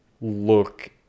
look